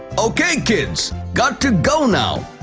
okay kids, gotta go now.